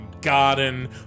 garden